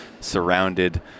surrounded